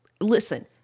listen